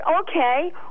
okay